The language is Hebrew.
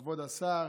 כבוד השר,